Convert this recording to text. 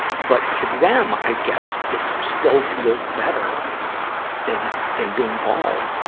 but to them, i guess, it still feels better than, than being bald.